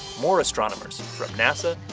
more astronomers from nasa,